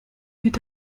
mit